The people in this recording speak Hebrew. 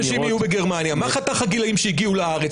מה חתך הגילאים שהגיעו לארץ?